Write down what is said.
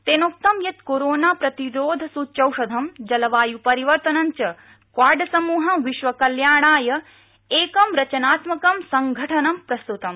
तेनोक्तं यत् कोरोना प्रतिरोध सूच्यौषधं जलवाय् परिवर्तनं च क्वाडसमूहं विश्वकल्याणाय एक रचनात्मक संगठनं प्रस्तुतम्